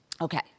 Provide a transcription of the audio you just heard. Okay